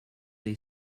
they